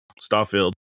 Starfield